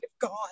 gone